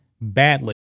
badly